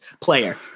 player